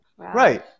Right